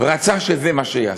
רצה שזה מה שייעשה.